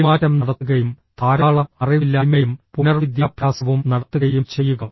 പെരുമാറ്റം നടത്തുകയും ധാരാളം അറിവില്ലായ്മയും പുനർവിദ്യാഭ്യാസവും നടത്തുകയും ചെയ്യുക